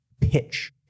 pitch